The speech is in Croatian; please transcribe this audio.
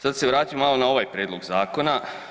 Sad se vratimo malo na ovaj prijedlog zakona.